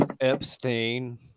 Epstein